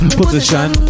position